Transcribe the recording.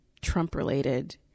Trump-related